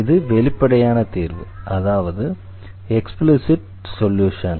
இது வெளிப்படையான தீர்வு அதாவது எக்ஸ்பிளிஸிட் சொல்யூஷன்